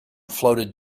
floated